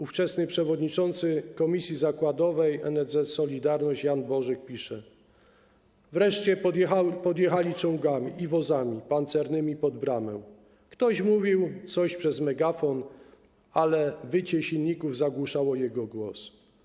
Ówczesny przewodniczący Komisji Zakładowej NSZZ „Solidarność” Jan Bożyk pisze: Wreszcie podjechali czołgami i wozami pancernymi pod bramę, ktoś mówił coś przez megafon, ale wycie silników zagłuszało jego głos.